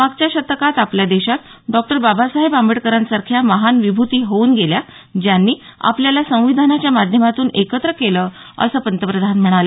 मागच्या शतकात आपल्या देशात डॉक्टर बाबासाहेब आंबेडकरांसारख्या महान विभूती होऊन गेल्या ज्यांनी आपल्याला संविधानाच्या माध्यमातून एकत्र केलं असं पंतप्रधान म्हणाले